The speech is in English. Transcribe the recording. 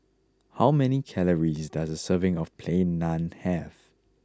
how many calories does a serving of Plain Naan have